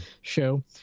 show